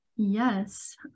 Yes